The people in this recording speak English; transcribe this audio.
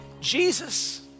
Jesus